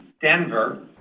Denver